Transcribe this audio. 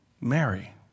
Mary